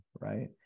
Right